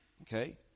okay